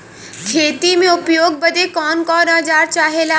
खेती में उपयोग बदे कौन कौन औजार चाहेला?